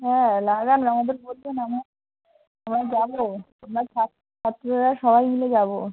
হ্যাঁ লাগান আমাদের বলবেন আমরা আমরা যাবো আমার ছাত্র ছাত্রীরা সবাই মিলে যাবো